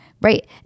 right